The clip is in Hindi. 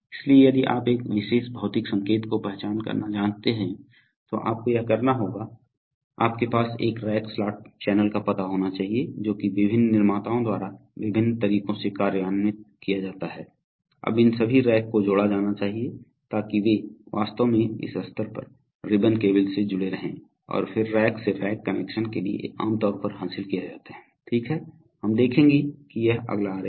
इसलिए यदि आप एक विशेष भौतिक संकेत की पहचान करना चाहते हैं तो आपको यह करना होगा आपके पास एक रैक स्लॉट चैनल का पता होना चाहिए जो कि विभिन्न निर्माताओं द्वारा विभिन्न तरीकों से कार्यान्वित किया जाता है अब इन सभी रैक को जोड़ा जाना चाहिए ताकि वे वास्तव में इस स्तर पर रिबन केबल्स से जुड़े रहें और फिर रैक से रैक कनेक्शन के लिए आम तौर पर हासिल किया जाते है ठीक है हम देखेंगे कि यह अगला आरेख है